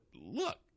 look